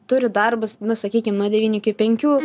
turi darbus nu sakykim nuo devynių iki penkių